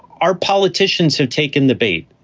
our politicians have taken the bait.